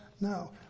No